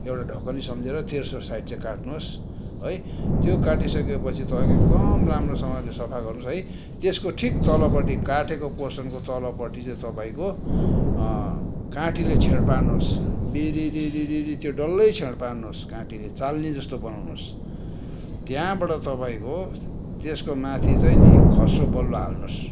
एउटा ढकनी सम्झेर तेर्सो साइड चाहिँ काट्नुहोस् है त्यो काटी सकेपछि तपाईँको एकदम राम्रोसँगले सफा गर्नुहोस् है त्यसको ठिक तलपटि काटेको पोर्सनको तलपटि चाहिँ तपाईँको काँटीले छेड पार्नुहोस् बिरिरिरिरि त्यो डल्लै छेड पार्नुहोस् काँटीले चालनी जस्तो बनाउनुहोस् त्यहाँबाट तपाईँको त्यसको माथि चाहिँ नि खस्रो बलुवा हाल्नुहोस्